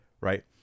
right